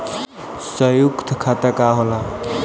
सयुक्त खाता का होला?